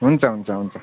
हुन्छ हुन्छ हुन्छ